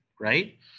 right